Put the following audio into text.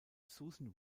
susan